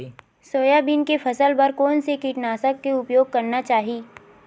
Soybean के फसल बर कोन से कीटनाशक के उपयोग करना चाहि?